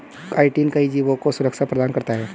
chitin कई जीवों को सुरक्षा प्रदान करता है